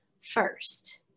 first